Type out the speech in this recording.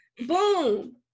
boom